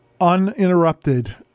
uninterrupted